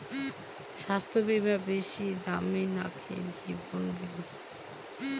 স্বাস্থ্য বীমা বেশী দামী নাকি জীবন বীমা?